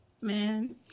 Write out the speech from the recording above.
Man